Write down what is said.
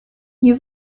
nie